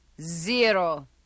Zero